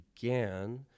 began